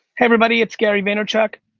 everybody, it's gary vaynerchuk.